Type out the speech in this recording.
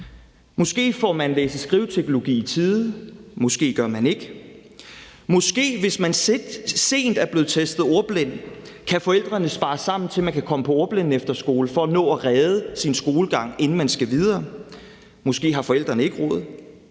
Måske får man læse- og skriveteknologi i tide, måske gør man ikke. Måske, hvis man sent er blevet testet ordblind, kan forældrene spare sammen til, man kan komme på ordblindeefterskole for at nå og redde sin skolegang, inden man skal videre. Måske har forældrene ikke råd.